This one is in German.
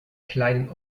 kleinen